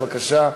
בבקשה.